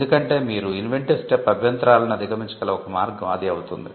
ఎందుకంటే మీరు inventive step అభ్యంతరాలను అధిగమించగల ఒక మార్గం అది అవుతుంది